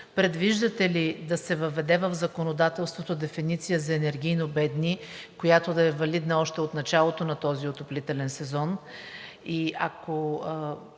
Предвиждате ли да се въведе в законодателството дефиниция за енергийно бедни, която да е валидна още от началото на този отоплителен сезон?